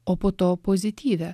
o po to pozityvią